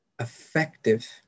effective